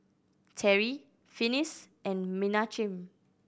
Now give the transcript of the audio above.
Terri Finis and Menachem